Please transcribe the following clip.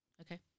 Okay